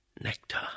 Nectar